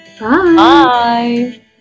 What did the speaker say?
bye